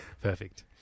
Perfect